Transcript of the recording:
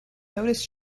noticed